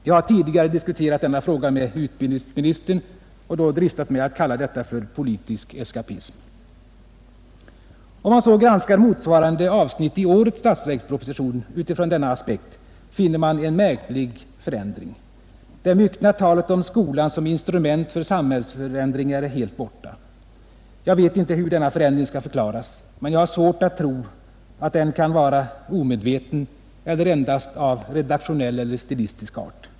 Jag har tidigare diskuterat denna fråga med utbildningsministern och då dristat mig att kalla detta för politisk eskapism. Om man så granskar motsvarande avsnitt i årets statsverksproposition utifrån denna aspekt, finner man en märklig förändring. Det myckna talet om skolan som instrument för samhällsförändringar är helt borta. Jag vet inte hur denna förändring skall förklaras, men jag har svårt att tro att den kan vara omedveten eller endast av redaktionell eller stilistisk art.